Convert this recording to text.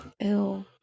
Ew